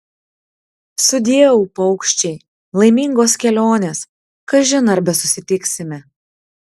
sudieu paukščiai laimingos kelionės kažin ar besusitiksime